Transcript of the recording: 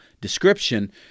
description